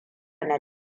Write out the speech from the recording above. na